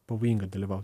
pavojinga dalyvaut